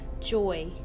joy